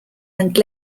and